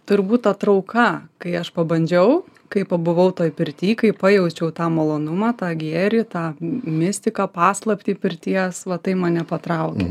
turbūt ta trauka kai aš pabandžiau kai pabuvau toj pirty kai pajaučiau tą malonumą tą gėrį tą m mistiką paslaptį pirties va tai mane patraukė